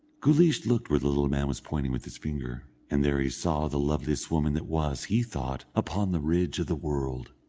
guleesh looked where the little man was pointing with his finger, and there he saw the loveliest woman that was, he thought, upon the ridge of the world.